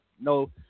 no